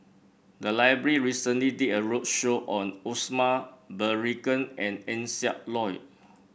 the library recently did a roadshow on Osman Merican and Eng Siak Loy